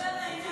אז תדבר לעניין,